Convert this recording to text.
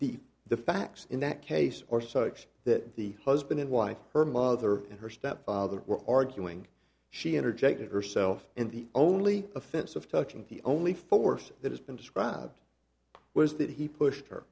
the the facts in that case or so that the husband and wife her mother and her stepfather were arguing she interjected herself in the only offensive touching the only force that has been described was that he pushed her